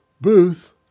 Booth